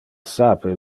sape